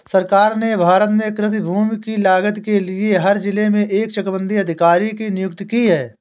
सरकार ने भारत में कृषि भूमि की लागत के लिए हर जिले में एक चकबंदी अधिकारी की नियुक्ति की है